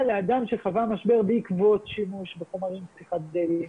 לאדם שחווה משבר בעקבות שימוש בחומרים פסיכודליים,